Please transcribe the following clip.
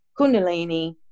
Kundalini